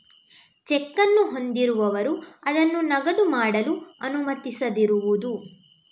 check ಅನ್ನು ಹೊಂದಿರುವವರು ಅದನ್ನು ನಗದು ಮಾಡಲು ಅನುಮತಿಸದಿರುವುದು